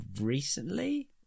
recently